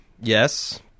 Yes